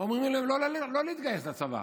אומרים לא להתגייס לצבא,